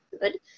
good